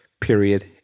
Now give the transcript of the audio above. period